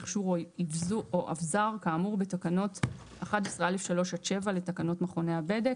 מכשיר או אבזר כאמור בתקנות 11(א)(3) עד (7) לתקנות מכוני הבדק".